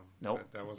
Nope